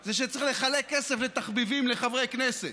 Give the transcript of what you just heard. זה שצריך לחלק כסף לתחביבים לחברי כנסת.